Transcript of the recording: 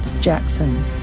Jackson